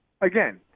again